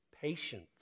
Patience